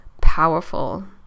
powerful